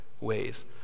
ways